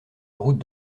route